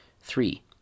Three